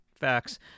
facts